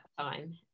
time